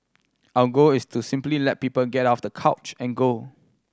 our goal is to simply let people get off the couch and go